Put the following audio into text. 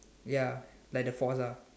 ya like the force ah